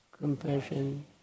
compassion